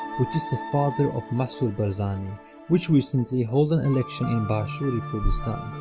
which is the father of massoud barzani which recently hold an election in bashuri kurdistan.